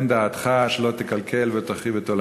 תן דעתך שלא תקלקל ולא תחריב את עולמי,